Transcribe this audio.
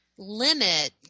limit